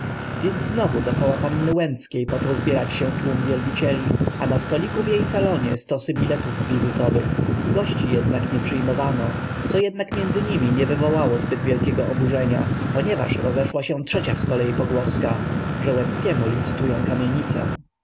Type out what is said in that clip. więc znowu dokoła panny łęckiej począł zbierać się tłum wielbicieli a na stoliku w jej salonie stosy biletów wizytowych gości jednak nie przyjmowano co zresztą między nimi nie wywołało zbyt wielkiego oburzenia ponieważ rozeszła się trzecia zkolei pogłoska że łęckiemu licytują kamienicę